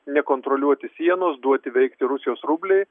nekontroliuoti sienos duoti veikti rusijos rubliui